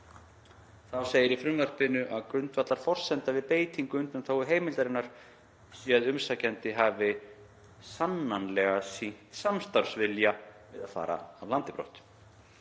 Þá segir í frumvarpinu að „grundvallarforsenda“ við beitingu undanþáguheimildarinnar sé að umsækjandi hafi „sannanlega sýnt samstarfsvilja við að fara aflandi brott“.